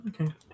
Okay